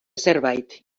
zerbait